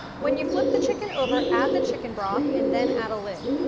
when you flip the chicken over, add the chicken broth, and then add a lid.